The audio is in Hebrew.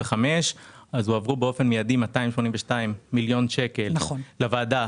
הועברו באופן מידי 282 מיליון שקל לוועדה